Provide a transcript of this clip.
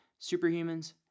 Superhumans